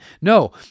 No